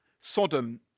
Sodom